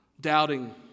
doubting